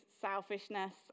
selfishness